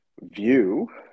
view